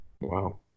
Wow